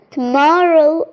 Tomorrow